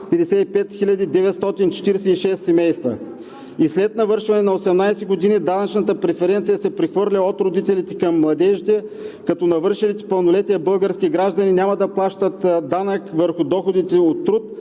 Петър Петров.) След навършване на 18 години данъчната преференция се прехвърля от родителите към младежите, като навършилите пълнолетие български граждани няма да плащат данък върху доходите от труд